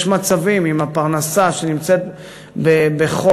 יש מצבים, הפרנסה בחוסר,